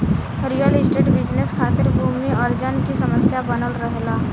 real estate business खातिर भूमि अर्जन की समस्या बनल रहेला